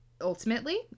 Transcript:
Ultimately